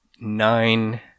nine